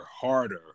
harder